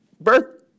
birth